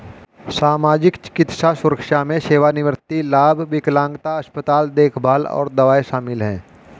सामाजिक, चिकित्सा सुरक्षा में सेवानिवृत्ति लाभ, विकलांगता, अस्पताल देखभाल और दवाएं शामिल हैं